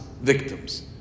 victims